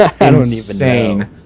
insane